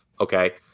okay